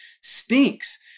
stinks